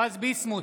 ביסמוט,